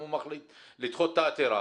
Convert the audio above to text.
אם הוא מחליט לדחות את העתירה,